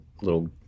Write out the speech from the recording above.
little –